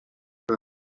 que